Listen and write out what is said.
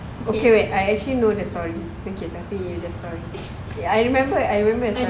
okay wait I actually know the story okay tapi you just story I remember I remember the story